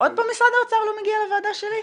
עוד פעם משרד האוצר לא מגיע לוועדה שלי?